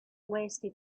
wasted